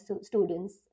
students